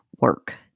work